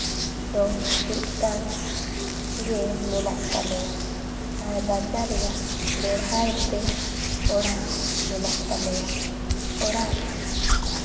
ᱫᱚ ᱢᱤᱫᱴᱟᱝ ᱜᱮ ᱢᱮᱱᱟᱜ ᱛᱟᱞᱮᱭᱟ ᱟᱨ ᱨᱟᱪᱟ ᱨᱮᱭᱟᱜ ᱵᱮᱲᱦᱟᱭᱛᱮ ᱚᱲᱟᱜ ᱢᱮᱱᱟᱜ ᱛᱟᱞᱮᱭᱟ ᱚᱲᱟᱜ